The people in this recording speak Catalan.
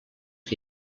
que